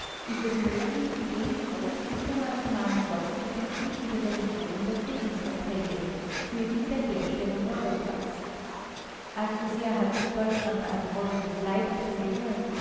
ist es möglich jenen großen übernationalen block zu bilden für die revision der friedensverträge für die wiederherstellung europas allzusehr hat sich deutschland an die rolle des leidenden gewöhnt